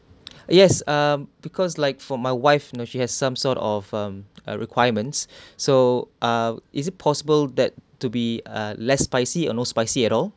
yes um because like for my wife you know she has some sort of um a requirements so ah is it possible that to be ah less spicy or no spicy at all